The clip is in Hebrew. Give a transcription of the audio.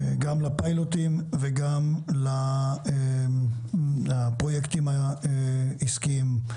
גם לפיילוטים וגם לפרויקטים העסקיים.